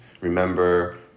remember